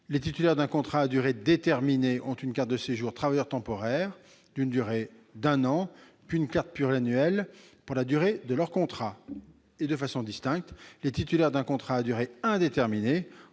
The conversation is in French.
les titulaires d'un contrat à durée déterminée ont une carte de séjour « travailleur temporaire » d'une durée d'un an, puis une carte de séjour pluriannuelle pour la durée de leur contrat. De façon distincte, les titulaires d'un contrat à durée indéterminée